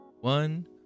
one